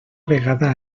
vegada